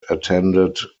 attended